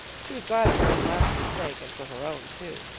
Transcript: she was glad for miss lavendar's sake and for her own too.